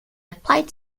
applied